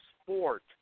sport